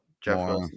Jeff